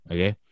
Okay